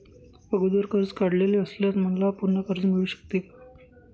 अगोदर कर्ज काढलेले असल्यास मला पुन्हा कर्ज मिळू शकते का?